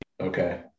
Okay